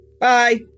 Bye